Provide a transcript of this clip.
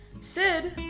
Sid